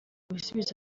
bisubizo